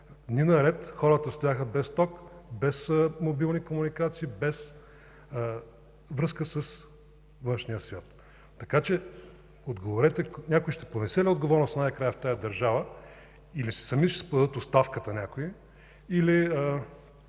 дни наред хората стояха без ток, без мобилни комуникации, без връзка с външния свят. Отговорете някой ще понесе ли отговорност най-накрая в тази държава – или сами някои ще си подадат оставката, или